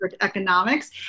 Economics